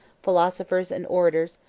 philosophers, and orators,